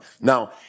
Now